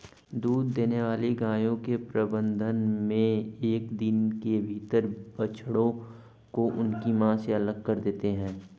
दूध देने वाली गायों के प्रबंधन मे एक दिन के भीतर बछड़ों को उनकी मां से अलग कर देते हैं